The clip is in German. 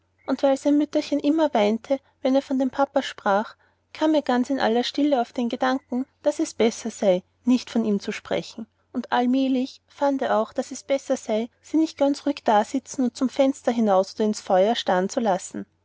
und weil sein mütterchen immer weinte wenn er von dem papa sprach kam er ganz in aller stille auf den gedanken daß es besser sei nicht von ihm zu sprechen und allmählich fand er auch daß es besser sei sie nicht ganz ruhig dasitzen und zum fenster hinaus oder ins feuer starren zu lassen